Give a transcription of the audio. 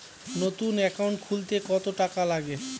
নতুন একাউন্ট খুলতে কত টাকা লাগে?